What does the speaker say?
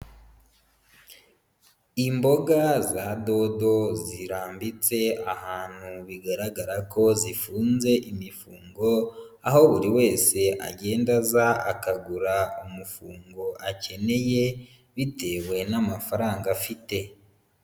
Imboga za dodo zirambitse ahantu bigaragara ko zifunze imifungo, aho buri wese agenda aza akagura umufungo akeneye bitewe n'amafaranga afite.